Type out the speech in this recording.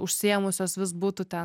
užsiėmusios vis būtų ten